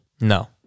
No